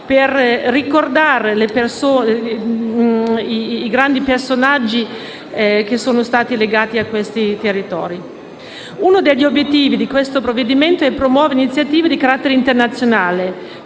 per ricordare i grandi personaggi che sono stati legati a questi territori. Uno degli obiettivi del provvedimento è promuovere iniziative di carattere internazionale